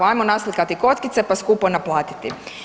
Ajmo naslikati kockice pa skupo naplatiti.